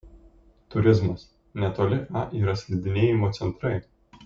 turizmas netoli a yra slidinėjimo centrai